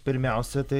pirmiausia tai